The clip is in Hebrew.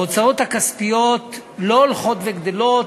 ההוצאות הכספיות לא הולכות וגדלות,